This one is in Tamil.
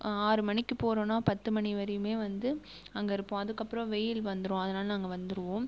ஆறு மணிக்கு போகிறோன்னா பத்து மணிவரையுமே வந்து அங்கே இருப்போம் அதுக்கப்புறம் வெயில் வந்துரும் அதனால் நாங்கள் வந்துடுவோம்